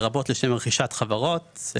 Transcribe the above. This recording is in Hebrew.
לרבות לשם רכישת חברות.